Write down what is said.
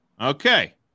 Okay